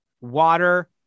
water